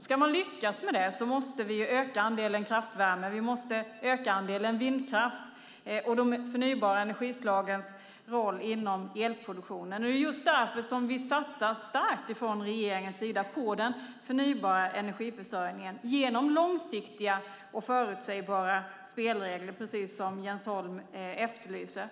Ska vi lyckas med det måste vi öka andelen kraftvärme. Vi måste öka andelen vindkraft och de förnybara energislagens roll inom elproduktionen. Det är just därför vi från regeringens sida satsar starkt på den förnybara energiförsörjningen - genom långsiktiga och förutsägbara spelregler, precis som Jens Holm efterlyser.